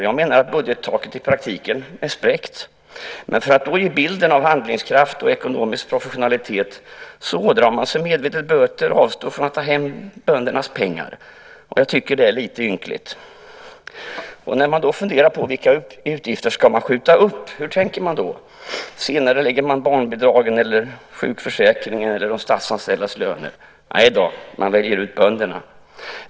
Jag menar att budgettaket i praktiken är spräckt. Men för att då ge bilden av handlingskraft och ekonomisk professionalitet ådrar man sig medvetet böter och avstår från att ta hem böndernas pengar. Jag tycker att det är litet ynkligt. När man funderar på vilka utgifter som man ska skjuta upp, hur tänker man då? Senarelägger man barnbidragen, sjukförsäkringen eller de statsanställdas löner? Nej, man väljer ut bönderna.